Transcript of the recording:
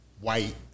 white